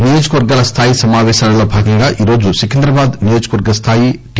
నియోజకవర్గాల స్టాయి సమాపేశాలలో భాగంగా ఈరోజు సికింద్రాబాద్ నియోజకవర్గ స్దాయి టి